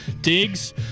Diggs